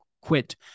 quit